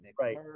Right